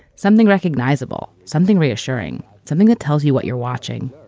something recognizable, something reassuring, something that tells you what you're watching.